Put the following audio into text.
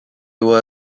were